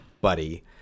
buddy